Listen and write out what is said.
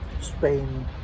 Spain